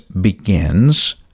begins